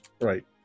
Right